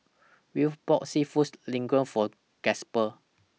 Wylie bought Seafood Linguine For Gasper